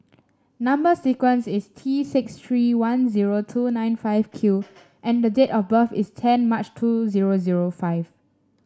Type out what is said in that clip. number sequence is T six three one zero two nine five Q and date of birth is ten March two zero zero five